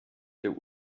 der